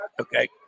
Okay